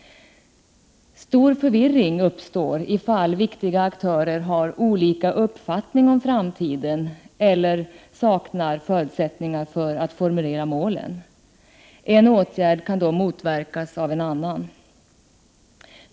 Stor förvirring uppstår, ifall viktiga aktörer har olika uppfattningar om framtiden eller saknar förutsättningar för att formulera målen. En åtgärd kan då motverkas av en annan.